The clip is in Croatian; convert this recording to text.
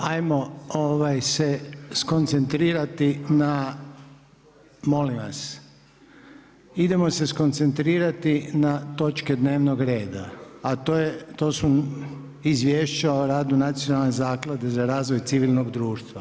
Hajmo se skoncentrirati na, molim vas idemo se skoncentrirati na točke dnevnog reda a to su Izvješća o radu Nacionalne zaklade za razvoj civilnog društva.